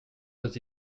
does